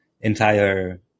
entire